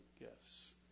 gifts